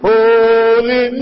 Holy